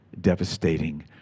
devastating